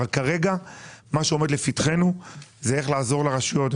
כרגע מה שעומד לפתחנו זה איך לעזור לרשויות.